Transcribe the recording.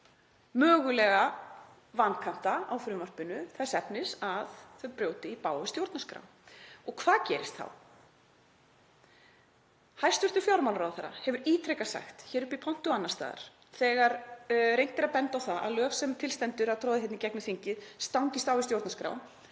mögulega vankanta á frumvarpinu þess efnis að það brjóti í bága við stjórnarskrá. Og hvað gerist þá? Hæstv. fjármálaráðherra hefur ítrekað sagt hér upp í pontu og annars staðar, þegar reynt er að benda á að lög sem til stendur að troða hérna í gegnum þingið stangist á við stjórnarskrá: